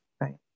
Right